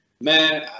man